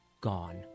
gone